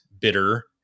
bitter